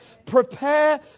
prepare